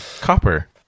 Copper